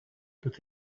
but